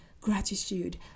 gratitude